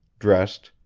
dressed,